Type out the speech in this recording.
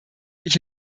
ich